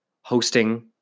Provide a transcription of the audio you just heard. hosting